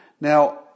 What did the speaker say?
Now